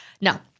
No